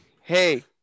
hey